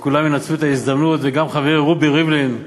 כולם ינצלו את ההזדמנות, וגם חברי, רובי ריבלין,